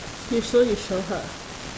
you so you show her